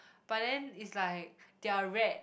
but then it's like they are red